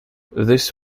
this